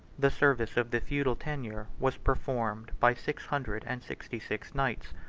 the service of the feudal tenures was performed by six hundred and sixty-six knights,